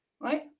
right